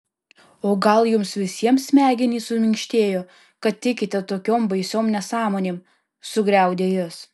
o gal jums visiems smegenys suminkštėjo kad tikite tokiom baisiom nesąmonėm sugriaudė jis